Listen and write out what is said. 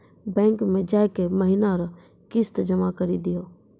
bank मे जाय के महीना रो किस्त जमा करी दहो